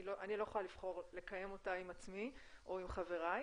אני לא אוכל לקיים אותה עם עצמי או עם חבריי.